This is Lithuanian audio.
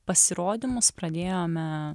pasirodymus pradėjome